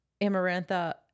amarantha